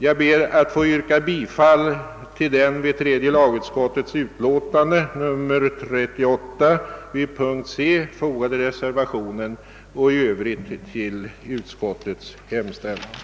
Jag ber att få yrka bifall till den vid tredje lagutskottets utlåtande nr 38 vid punkten C fogade reservationen och i övrigt till utskottets hemställan.